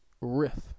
riff